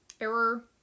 error